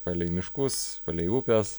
palei miškus palei upes